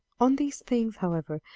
on these things, however,